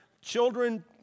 children